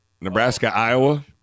Nebraska-Iowa